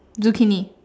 zucchini